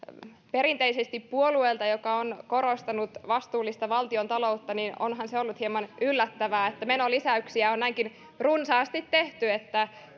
puolueelta joka on perinteisesti korostanut vastuullista valtiontaloutta onhan se ollut hieman yllättävää että menolisäyksiä on näinkin runsaasti tehty että